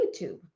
YouTube